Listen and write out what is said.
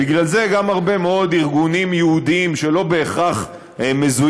בגלל זה גם הרבה מאוד ארגונים יהודיים שלא בהכרח מזוהים